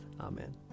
Amen